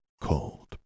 cold